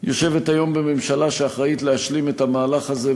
יושבת היום בממשלה שאחראית להשלים את המהלך הזה,